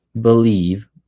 believe